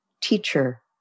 teacher